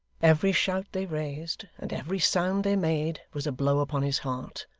every shout they raised, and every sound they made, was a blow upon his heart.